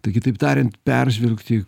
tai kitaip tariant peržvelgti